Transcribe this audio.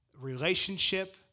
relationship